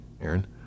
aaron